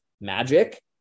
magic